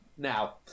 Now